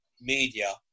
media